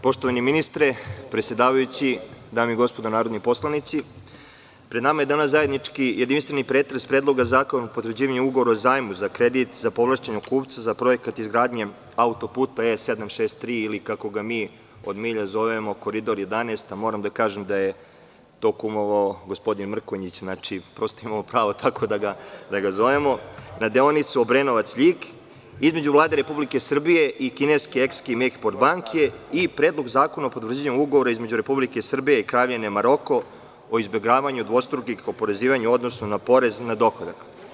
Poštovani ministre, predsedavajući, dame i gospodo narodni poslanici, pred nama je danas zajednički jedinstveni pretres o Predlogu zakona o potvrđivanju Ugovora o zajmu za kredit za povlašćenog kupca za Projekat izgradnje Autoputa E763, kako ga mi od milja zovemo Koridor 11, a moram da kažem da je tome kumovao gospodin Mrkonjić, imamo prava tako da ga zovemo, deonica Obrenovac-Ljig, između Vlade Republike Srbije i kineske „Eskim“ banke i Predlog zakona o potvrđivanju Ugovora između Republike Srbije i Kraljevine Maroko o izbegavanju dvostrukih oporezivanja u odnosu na porez na dohodak.